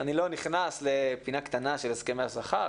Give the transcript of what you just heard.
אני לא נכנס לפינה קטנה של הסכמי השכר,